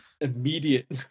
immediate